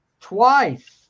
twice